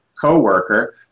co-worker